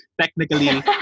Technically